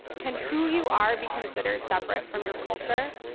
can who you are be considered separate from your culture,